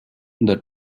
the